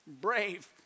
brave